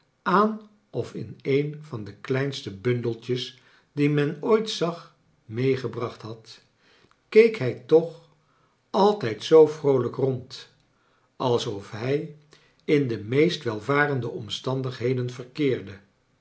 aan of in een van de kleinste bundeltjes die men ooit zag meegebracht had keek hij to oh altijd zoo vroolijk rond alsof hij in de meest welvarende omstandigheden verkeerde